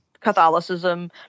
Catholicism